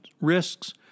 risks